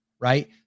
right